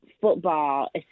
football